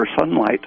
sunlight